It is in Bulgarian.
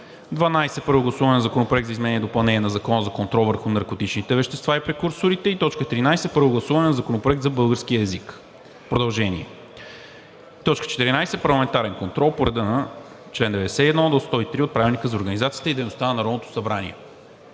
12. Първо гласуване на Законопроекта за изменение и допълнение на Закона за контрол върху наркотичните вещества и прекурсорите. 13. Първо гласуване на Законопроекта за българския език – продължение. 14. Парламентарен контрол по чл. 91 – 103 от Правилника за организацията и дейността на Народното събрание.“